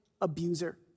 abuser